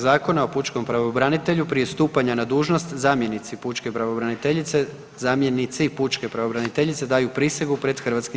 Zakona o pučkom pravobranitelju prije stupanja na dužnost zamjenici pučke pravobraniteljice, zamjenici pučke pravobraniteljice daju prisegu pred HS.